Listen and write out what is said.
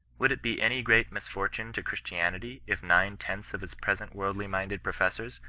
would it be any great misfortune to christianity, if nine-tenths of its present worldly minded professors,